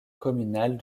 communale